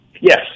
Yes